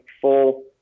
full